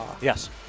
yes